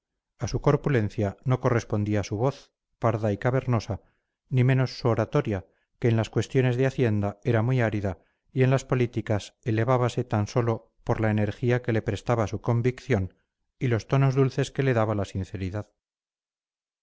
a su corpulencia no correspondía su voz parda y cavernosa ni menos su oratoria que en las cuestiones de hacienda era muy árida y en las políticas elevábase tan sólo por la energía que le prestaba su convicción y los tonos dulces que le daba la sinceridad